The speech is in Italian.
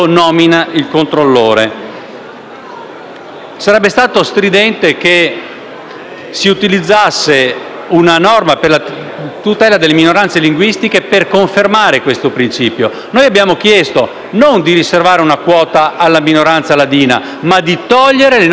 Sarebbe stato stridente che si utilizzasse una norma per la tutela delle minoranze linguistiche per confermare questo principio. Noi abbiamo chiesto non di riservare una quota alla minoranza ladina, ma di togliere le nomine politiche. A questo punto, però,